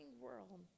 world